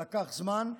זה לקח זמן,